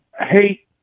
Hey